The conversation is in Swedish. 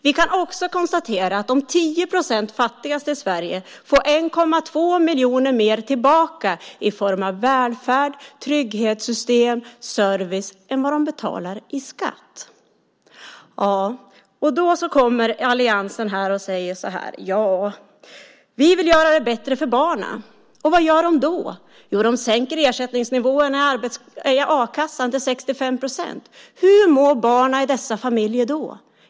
Vi kan också konstatera att de 10 procenten som är fattigast i Sverige får 1,2 miljoner mer tillbaka i form av välfärd, trygghetssystem och service än vad de betalar i skatt. Då kommer alliansen här och säger: Vi vill göra det bättre för barnen. Och vad gör de då? Jo, de sänker ersättningsnivåerna i a-kassan till 65 procent. Hur mår barnen i dessa familjer då?